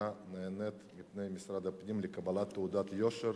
אינה נענית לפניית משרד הפנים לקבלת תעודת יושר